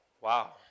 Wow